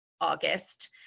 August